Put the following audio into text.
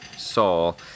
Saul